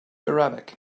arabic